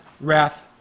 wrath